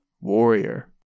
Warrior